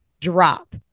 drop